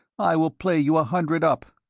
i will play you a hundred up.